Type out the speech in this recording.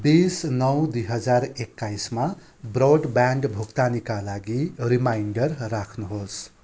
बिस नौ दुई हजार एक्काइसमा ब्रोडब्यान्ड भुक्तानीका लागि रिमाइन्डर राख्नुहोस्